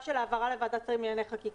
של העברה לוועדת שרים לענייני חקיקה,